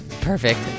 perfect